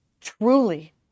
truly